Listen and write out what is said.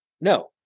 No